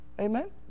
Amen